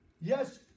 Yes